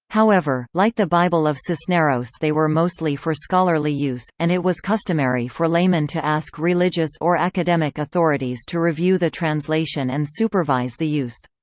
however, like the bible of cisneros they were mostly for scholarly use, and it was customary for laymen to ask religious or academic authorities to review the translation and supervise the use.